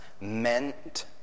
meant